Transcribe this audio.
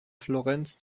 florenz